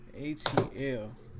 ATL